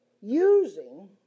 using